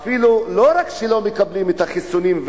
לא רק שלא מקבלים את החיסונים,